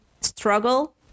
struggle